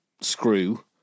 screw